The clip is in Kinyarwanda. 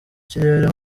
kirere